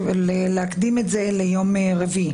ועם אפשרות להקדים את זה ליום רביעי.